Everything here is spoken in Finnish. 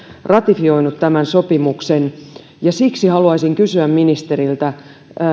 ratifioinut tämän sopimuksen ja siksi haluaisin kysyä ministeriltä